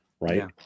right